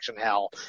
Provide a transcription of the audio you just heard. hell